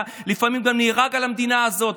אתה לפעמים גם נהרג בשביל המדינה הזאת,